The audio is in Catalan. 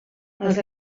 els